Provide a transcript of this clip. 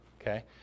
okay